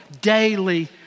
daily